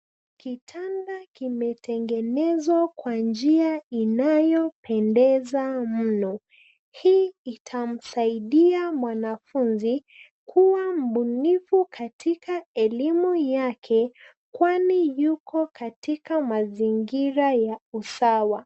Kitanda kimetengenezwa kwa njia inayopendeza mno. Hii itamsaidia mwanafunzi kuwa mbunifu katika elimu yake kwani yuko katika mazingira ya usawa.